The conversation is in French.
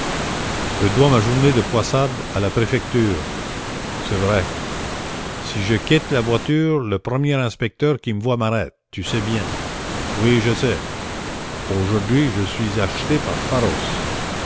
je dois ma journée de poissarde à la préfecture c'est vrai si je quitte la voiture le premier inspecteur qui me voit m'arrête tu sais bien oui je sais aujourd'hui je suis achetée par pharos